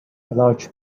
large